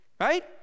right